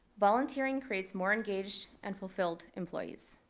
volunteering creates more engaged and fulfilled employees,